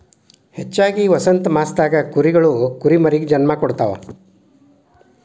ಹೆಚ್ಚಾಗಿ ವಸಂತಮಾಸದಾಗ ಕುರಿಗಳು ಕುರಿಮರಿಗೆ ಜನ್ಮ ಕೊಡ್ತಾವ